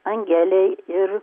angelei ir